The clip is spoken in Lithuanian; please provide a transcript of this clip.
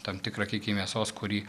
tam tikrą kiekį mėsos kurį